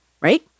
right